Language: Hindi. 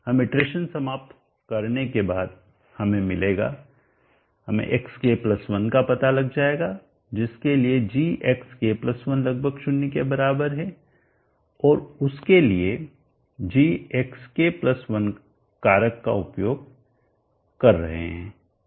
हम इटरेशन समाप्त करने के बाद हमे मिलेगा हमे xk1 का पता लग जायेगा जिसके लिए gxk1 लगभग 0 के बराबर है और उसके लिए gxk1 कारक का उपयोग कर रहे हैं